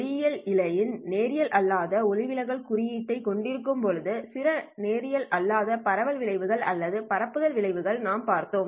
ஒளியியல் இழைல் நேரியல் அல்லாத ஒளிவிலகல் குறியீட்டைக் கொண்டிருக்கும்போது சில நேரியல் அல்லாத பரவல் விளைவுகள் அல்லது பரப்புதல் விளைவுகளை நம் பார்த்தோம்